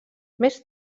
més